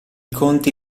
conti